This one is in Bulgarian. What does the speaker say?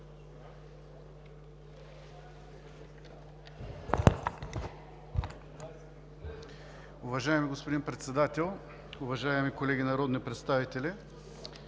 Уважаеми господин Председател, уважаеми народни представители,